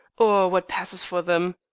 or what passes for them.